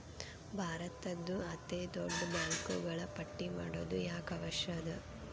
ಭಾರತದ್ದು ಅತೇ ದೊಡ್ಡ ಬ್ಯಾಂಕುಗಳ ಪಟ್ಟಿ ಮಾಡೊದು ಯಾಕ್ ಅವಶ್ಯ ಅದ?